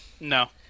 No